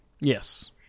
Yes